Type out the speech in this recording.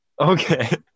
Okay